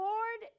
Lord